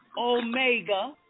Omega